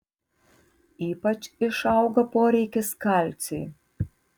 ypač išauga poreikis kalciui